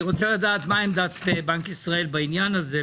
אני רוצה לדעת מה עמדת בנק ישראל בעניין הזה,